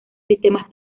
sistemas